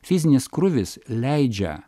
fizinis krūvis leidžia